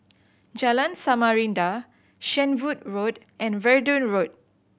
Jalan Samarinda Shenvood Road and Verdun Road